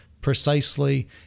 precisely